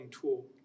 Tool